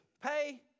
Pay